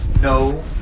no